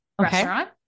restaurant